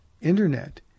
Internet